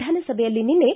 ವಿಧಾನಸಭೆಯಲ್ಲಿ ನಿನ್ನೆ